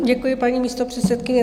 Děkuji, paní místopředsedkyně.